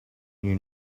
you